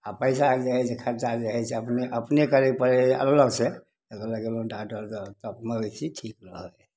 आ पैसा आर जे हइ से खर्चा जे हइ से अपने अपने करय पड़ै हइ अल्लग से ओतऽ गेलहुॅं डाक्टर सऽ तब मवेशी ठीक रहत